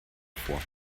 vor